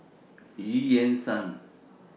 EU Yan Sang